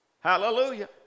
Hallelujah